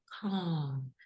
calm